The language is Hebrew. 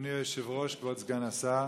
אדוני היושב-ראש, כבוד סגן השר